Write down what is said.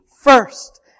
first